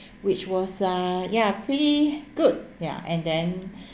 which was uh yeah pretty good yeah and then